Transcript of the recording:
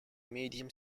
medium